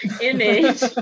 image